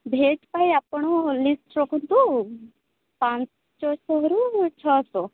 veg ପାଇଁ ଆପଣ list ରଖନ୍ତୁ ପାଞ୍ଚଶହରୁ ଛଅଶହ